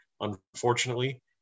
unfortunately